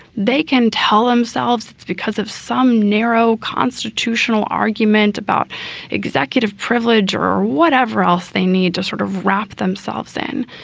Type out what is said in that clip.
they can tell themselves it's because of some narrow constitutional argument about executive privilege or whatever else they need to sort of wrap themselves in.